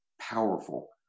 powerful